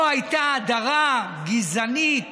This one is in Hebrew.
פה הייתה הדרה גזענית,